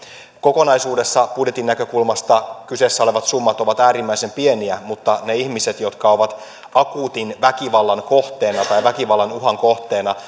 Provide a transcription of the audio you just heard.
kokonaisuudessa budjetin näkökulmasta kyseessä olevat summat ovat äärimmäisen pieniä mutta ne ihmiset jotka ovat akuutin väkivallan kohteena tai väkivallan uhan kohteena